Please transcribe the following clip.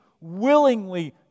willingly